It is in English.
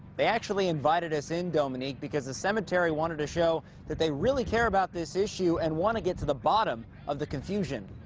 they actually invited us in, dominique, because the cemetery wanted to show they really care about this issue and want to get to the bottom of the confusion.